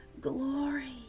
glory